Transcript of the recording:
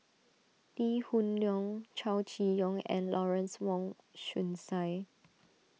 Lee Hoon Leong Chow Chee Yong and Lawrence Wong Shyun Tsai